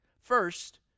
First